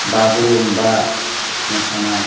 बागुरुम्बा मोसानाय